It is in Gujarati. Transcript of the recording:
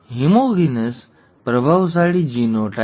હોમોઝીગસ પ્રભાવશાળી જીનોટાઈપ